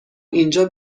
اینجا